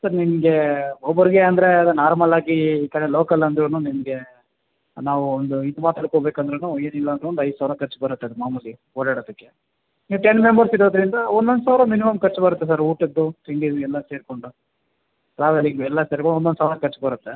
sir ನಿಮಗೆ ಒಬ್ಬರಿಗೆ ಅಂದರೆ ಅದು ನಾರ್ಮಲ್ಲಾಗಿ ಈ ಕಡೆ ಲೋಕಲ್ ಅಂದ್ರು ನಿಮಗೆ ನಾವು ಒಂದು ಇದು ಮಾತಾಡ್ಕೋಬೇಕಂದ್ರೂ ಏನಿಲ್ಲ ಅಂದ್ರೂ ಒಂದು ಐದು ಸಾವಿರ ಖರ್ಚು ಬರುತ್ತೆ ಅದು ಮಾಮೂಲಿ ಓಡಾಡೋದಕ್ಕೆ ನೀವು ಟೆನ್ ಮೆಂಬರ್ಸ್ ಇರೋದ್ರಿಂದ ಒಂದೊಂದು ಸಾವಿರ ಮಿನಿಮಮ್ ಖರ್ಚು ಬರುತ್ತೆ ಸರ್ ಊಟದ್ದು ತಿಂಡಿದು ಎಲ್ಲ ಸೇರಿಕೊಂಡು ಟ್ರಾವೆಲಿಂಗು ಎಲ್ಲ ಸೇರಿ ಒಂದೊಂದು ಸಾವಿರ ಖರ್ಚು ಬರುತ್ತೆ